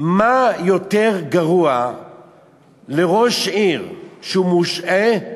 מה יותר גרוע לראש עיר שהוא מושעה,